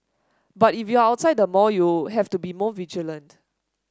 but if you are outside the mall you have to be more vigilant